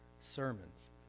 sermons